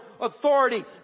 authority